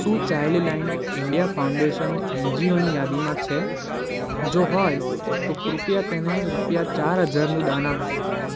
શું child line India foundation એનજીઓની યાદીમાં છે જો હોય તો કૃપયા તેને રૂપિયા ચાર હજારનું દાન આપજો